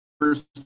first